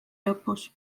lõpus